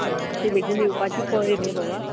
मात्शें बेगीन येवपाचें पळय रे बाबा